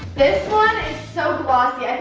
this one is so glossy, ah